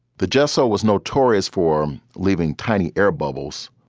the gesture was notorious for leaving tiny air bubbles,